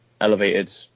elevated